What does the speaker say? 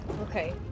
okay